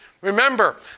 Remember